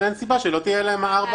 אין סיבה שלא יהיה להם ארבע